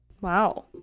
Wow